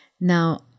Now